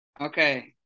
Okay